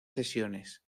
sesiones